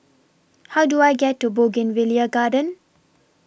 How Do I get to Bougainvillea Garden